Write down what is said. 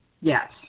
Yes